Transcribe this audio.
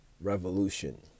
revolution